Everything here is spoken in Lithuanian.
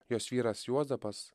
jos vyras juozapas